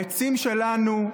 העצים שלנו,